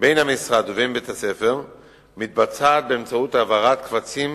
בין המשרד ובין בית-הספר מתבצעת באמצעות העברת קבצים